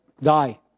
die